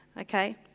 Okay